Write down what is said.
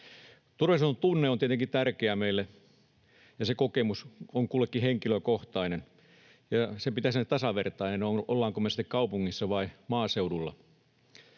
Turvallisuudentunne on meille tietenkin tärkeä, ja se kokemus on kullekin henkilökohtainen, ja sen pitäisi olla tasavertainen, ollaanko me sitten kaupungissa vai maaseudulla.